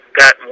got